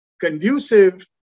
conducive